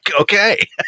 Okay